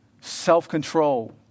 self-control